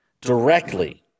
directly